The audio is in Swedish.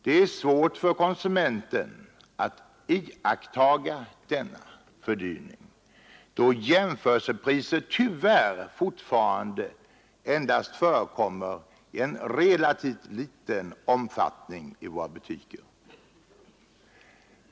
Det är svårt för konsumenten att iaktta denna fördyring, bl.a. beroende på att jämförelsepriser tyvärr fortfarande endast förekommer i relativt liten omfattning i våra butiker.